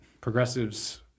progressives